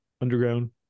underground